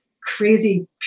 crazy